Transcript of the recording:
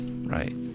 Right